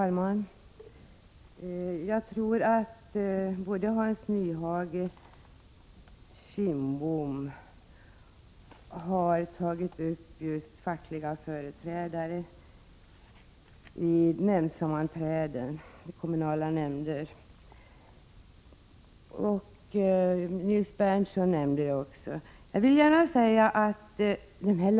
Fru talman! Såväl Hans Nyhage och Bengt Kindbom som Nils Berndtson har tagit upp frågan om fackliga företrädare vid sammanträden i kommunala nämnder.